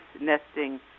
nesting